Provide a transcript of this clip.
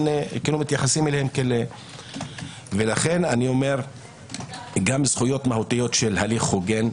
מתייחסים אליהם כאל - לכן גם זכויות מהותיות של הליך הוגן,